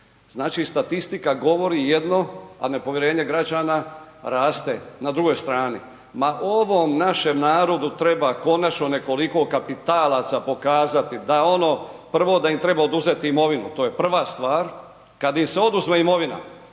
znači statistika govori jedno, a nepovjerenje građana raste na drugoj strani. Ma ovom našem narodu treba konačno nekoliko kapitalaca pokazati, prvo da im treba oduzeti imovinu, to je prva stvar, kad im se oduzme imovina